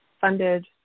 funded